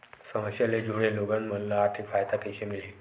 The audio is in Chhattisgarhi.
समस्या ले जुड़े लोगन मन ल आर्थिक सहायता कइसे मिलही?